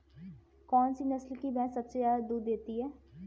कौन सी नस्ल की भैंस सबसे ज्यादा दूध देती है?